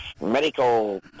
medical